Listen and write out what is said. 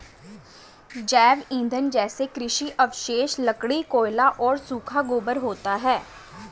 जैव ईंधन जैसे कृषि अवशेष, लकड़ी, कोयला और सूखा गोबर होता है